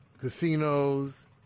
casinos